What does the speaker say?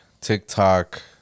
TikTok